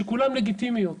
שכולן לגיטימיות.